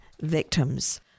victims